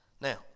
now